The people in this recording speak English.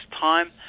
time